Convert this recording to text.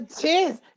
Cheers